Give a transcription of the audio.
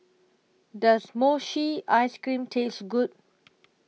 Does Mochi Ice Cream Taste Good